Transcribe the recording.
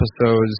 episodes